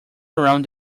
around